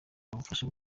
ibafasha